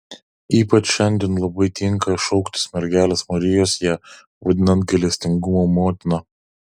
ypač šiandien labai tinka šauktis mergelės marijos ją vadinant gailestingumo motina